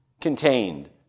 contained